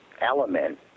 element